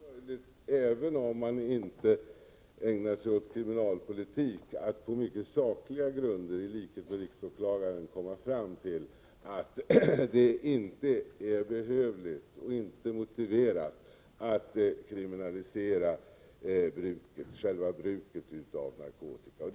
Herr talman! Det är alltså möjligt, även om man inte ägnar sig åt kriminalpolitik, att på mycket sakliga grunder i likhet med riksåklagaren komma fram till att det inte är behövligt och inte motiverat att kriminalisera själva bruket av narkotika.